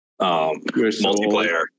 multiplayer